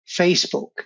Facebook